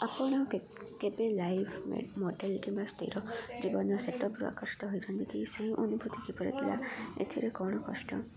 ଆପଣ କେବେ live model କିମ୍ବା ସ୍ଥିର ଜୀବନ ସେଟ୍ଅପ୍ରୁ ଆକୃଷ୍ଟ ହୋଇଛନ୍ତି କି ସେଇ ଅନୁଭୂତି କିପରି ଥିଲା ଏଥିରେ କ'ଣ କଷ୍ଟ